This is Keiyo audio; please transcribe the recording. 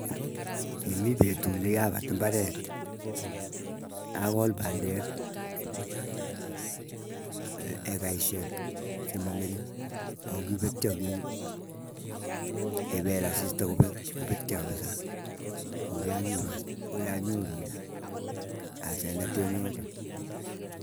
Kimii petu nekiapat imbaret akol pandek. Ekaisyek chemang'ering ako kipetyo ki kipel asista kopek kopetyo kabisa kokianyoru hasa kokianyoru asenet eeng yoto.